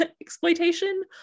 exploitation